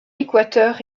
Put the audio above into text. équateur